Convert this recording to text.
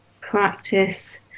practice